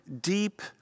deep